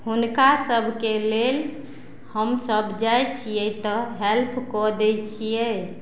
हुनका सबके लेल हमसब जाइ छियै तऽ हेल्पकऽ दै छियै